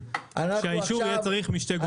האישור יהיה משני גורמים.